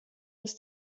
bis